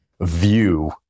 view